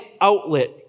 outlet